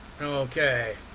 Okay